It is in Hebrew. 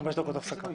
חמש דקות הפסקה.